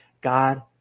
God